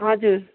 हजुर